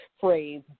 phrase